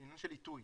זה עניין של עיתוי